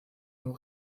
nur